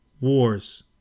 wars